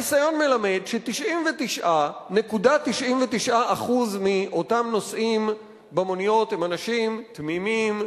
הניסיון מלמד ש-99.99% מאותם נוסעים במוניות הם אנשים תמימים,